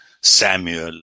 Samuel